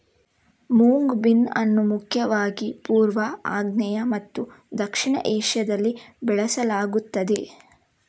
mung bean ಅನ್ನು ಮುಖ್ಯವಾಗಿ ಪೂರ್ವ, ಆಗ್ನೇಯ ಮತ್ತು ದಕ್ಷಿಣ ಏಷ್ಯಾದಲ್ಲಿ ಬೆಳೆಸಲಾಗುತ್ತದೆ